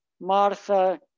Martha